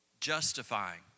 Justifying